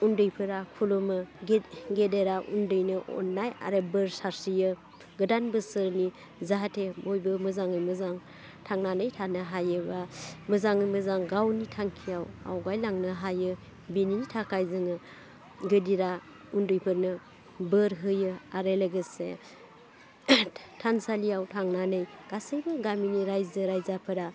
उन्दैफोरा खुलुमो गेदेरा उन्दैनो अन्नाय आरो बोर सारस्रियो गोदान बोसोरनि जाहाथे बयबो मोजाङै मोजां थांनानै थानो हायोबा मोजाङै मोजां गावनि थांखियाव आवगायलांनो हायो बेनि थाखाय जोङो गोदिरा उन्दैफोरनो बोर होयो आरो लोगोसे थानसालियाव थांनानै गासैबो गामिनि रायजो राजाफोरा